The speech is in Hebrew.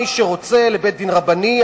מי שרוצה ילך לבית-דין רבני,